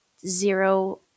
zero